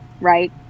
right